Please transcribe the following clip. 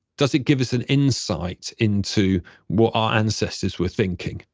does it give us an insight into what our ancestors were thinking?